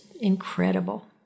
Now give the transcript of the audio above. incredible